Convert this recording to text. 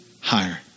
higher